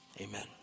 Amen